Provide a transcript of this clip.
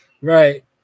right